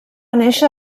néixer